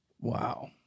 wow